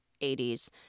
80s